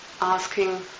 asking